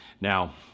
Now